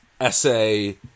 essay